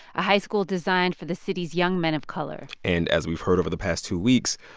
a high school designed for the city's young men of color and as we've heard over the past two weeks,